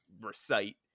recite